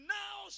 now